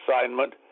assignment